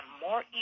more